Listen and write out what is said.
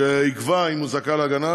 שיקבע אם הוא זכאי להגנה,